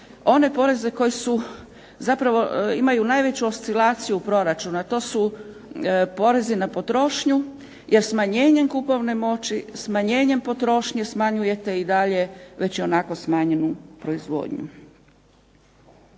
one poreze koji zapravo imaju najveću oscilaciju proračuna. To su porezi na potrošnju, jer smanjenjem kupovne moći, smanjenje potrošnje smanjujete i dalje već ionako smanjenu proizvodnju.